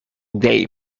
bay